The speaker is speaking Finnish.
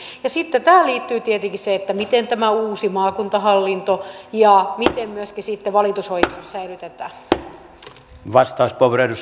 ja sitten tähän liittyy tietenkin se miten tämä uusi maakuntahallinto ja miten myöskin sitten valitusoikeus säilytetään